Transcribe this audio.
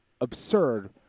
absurd